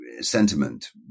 sentiment